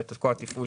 ואת כל התפעול,